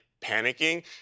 panicking